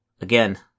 Again